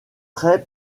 très